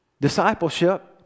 discipleship